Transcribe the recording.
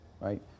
right